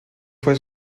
fue